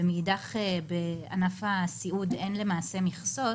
מאחר ובענף הסיעוד אין מכסות,